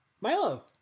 Milo